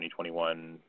2021